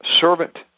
servant